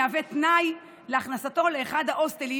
מהווה תנאי להכנסתו לאחד ההוסטלים